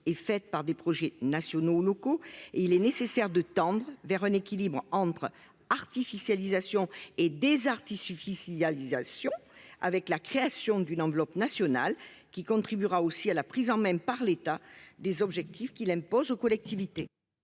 et fait part des projets nationaux ou locaux. Et il est nécessaire de tendre vers un équilibre entre artificialisation et des artistes suffit. Signalisation avec la création d'une enveloppe nationale qui contribuera aussi à la prison, même par l'état des objectifs qu'il impose aux collectivités